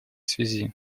связи